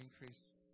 increase